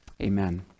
Amen